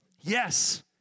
Yes